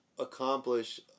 Accomplish